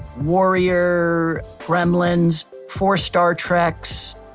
warrior, gremlins, four star treks,